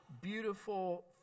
beautiful